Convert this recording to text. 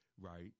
Right